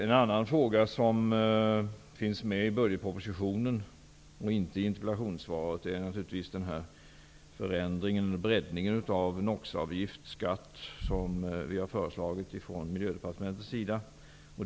En annat område som finns med i budgetpropositionen, men inte i interpellationssvaret, är breddningen av NOX skatten, som vi från Miljödepartementets sida har föreslagit.